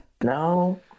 No